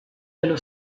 dello